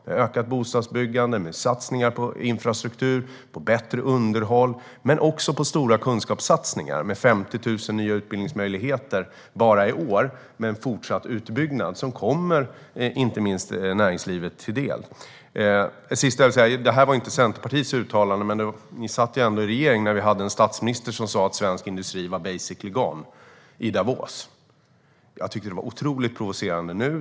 Vi har ökat bostadsbyggande med satsningar på infrastruktur och bättre underhåll men också på stora kunskapssatsningar med 50 000 nya utbildningsmöjligheter bara i år och en fortsatt utbyggnad som kommer inte minst näringslivet till del. Till sist vill jag säga att även om det inte var ett uttalande från Centerpartiet satt ni ändå i regeringen när vi hade en statsminister som sa att svensk industri var "basically gone" i Davos. Jag tyckte att det var otroligt provocerande.